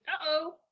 Uh-oh